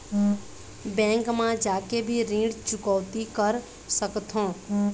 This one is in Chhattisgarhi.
बैंक मा जाके भी ऋण चुकौती कर सकथों?